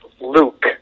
Luke